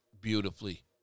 beautifully